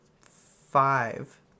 five